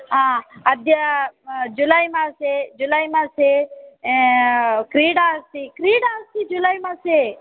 हा अद्य जुलै मासे जुलै मासे क्रीडा अस्ति क्रीडा अस्ति जुलैमासे